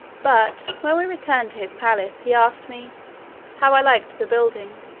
but, when we returned to his palace, he asked me how i liked the building,